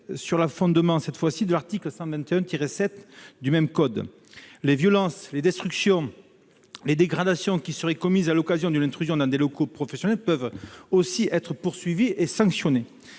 sur le fondement de l'article 121-7 du même code. Les violences, les destructions et les dégradations qui seraient commises à l'occasion d'une intrusion dans des locaux professionnels peuvent aussi être poursuivies et sanctionnées.